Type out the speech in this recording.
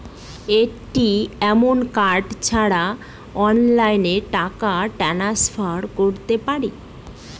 ATM card ছাড়া অনলাইনে টাকা টান্সফার করতে পারি?